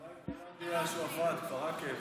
אבל מה עם קלנדיה, שועפאט, כפר עקב?